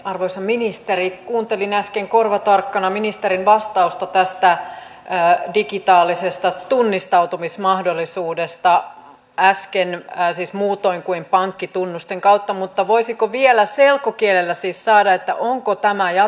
arvoisa ministeri kuuntelin äsken korva tässä talousarviokirjassa puhutaan kehityskäytävistä joita pitäisi tukea joten tuntuu tosi ihmeelliseltä että pääkaupunkiseudun valmiita raideliikenneverkkoja halutaan supistaa tai niillä olevaa junaliikennettä halutaan supistaa